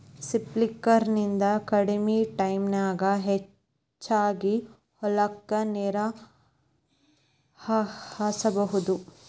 sprinkler ನಿಂದ ಕಡಮಿ ಟೈಮನ್ಯಾಗ ಹೆಚಗಿ ಹೊಲಕ್ಕ ನೇರ ಹಾಸಬಹುದು